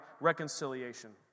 reconciliation